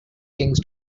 things